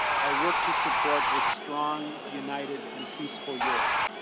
i worked to support a strong, united, and peaceful europe.